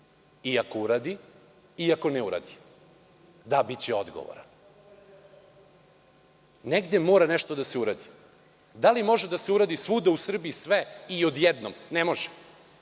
ako uradi i ako ne uradi? Da, biće odgovoran. Negde mora nešto da se uradi. Da li može da se uradi svuda u Srbiji sve i odjednom? Ne može.